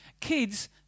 kids